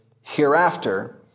hereafter